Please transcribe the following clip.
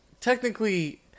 technically